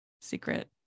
secret